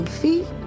feet